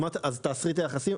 אז תאסרי את היחסים?